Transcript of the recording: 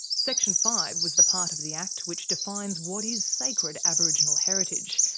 section five was the part of the act which defines what is sacred aboriginal heritage,